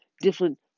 different